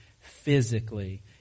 physically